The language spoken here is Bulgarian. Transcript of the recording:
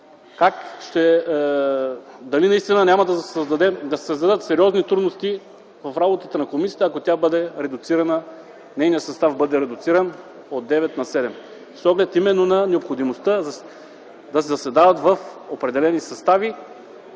да види дали наистина няма да се създадат сериозни трудности в работата на комисията, ако нейният състав бъде редуциран от 9 на 7, с оглед именно на необходимостта да заседават в определени състави,